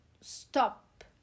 stop